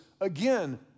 again